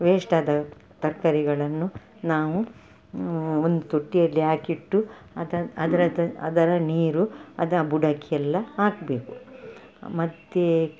waste ಆದ ತರಕಾರಿಗಳನ್ನು ನಾವು ಒಂದು ತೊಟ್ಟಿಯಲ್ಲಿ ಹಾಕಿಟ್ಟು ಅದಾ ಅದರ ತ ಅದರ ನೀರು ಅದರ ಬುಡಕ್ಕೆಲ್ಲ ಹಾಕಬೇಕು ಮತ್ತು